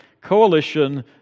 coalition